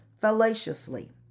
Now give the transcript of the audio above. fallaciously